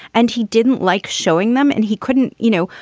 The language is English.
and he didn't like showing them. and he couldn't, you know,